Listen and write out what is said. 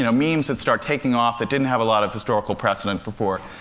you know memes that start taking off, that didn't have a lot of historical precedent before.